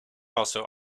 also